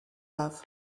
love